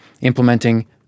implementing